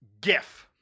GIF